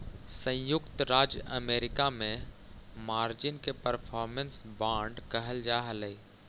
संयुक्त राज्य अमेरिका में मार्जिन के परफॉर्मेंस बांड कहल जा हलई